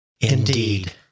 Indeed